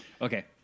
okay